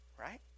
Right